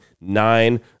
nine